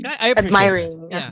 admiring